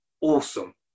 awesome